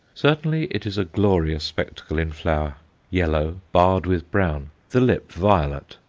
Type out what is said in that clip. certainly it is a glorious spectacle in flower yellow, barred with brown the lip violet.